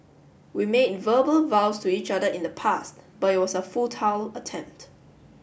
we made verbal vows to each other in the past but it was a futile attempt